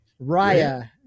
Raya